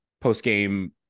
post-game